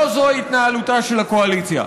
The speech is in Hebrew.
לא זו התנהלותה של הקואליציה.